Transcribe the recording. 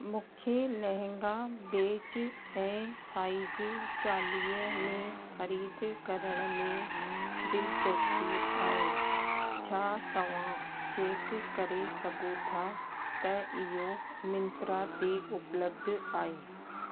मूंखे लहंगा बेज ऐं साइज चालीह में ख़रीद करण में दिलचस्पी आहे छा तव्हां चैक करे सघो था त इहो मिंत्रा ते उपलब्ध आहे